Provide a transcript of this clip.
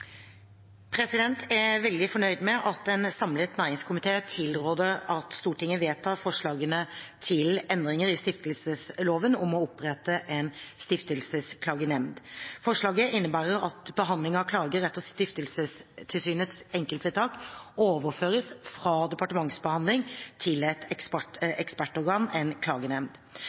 veldig fornøyd med at en samlet næringskomité tilrår at Stortinget vedtar forslagene til endringer i stiftelsesloven om å opprette en stiftelsesklagenemnd. Forslaget innebærer at behandling av klager over Stiftelsestilsynets enkeltvedtak overføres fra departementsbehandling til et